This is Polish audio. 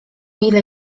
ile